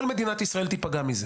כל מדינת ישראל תיפגע מזה